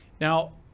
now